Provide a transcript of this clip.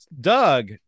Doug